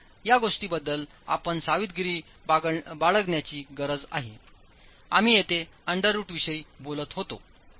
तर या गोष्टीबद्दल आपण सावधगिरी बाळगण्याची गरज आहे आम्ही येथे अंडर रूट विषयी बोलत होतो